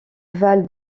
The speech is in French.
val